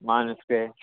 माणुसकी आहे